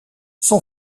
son